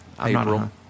April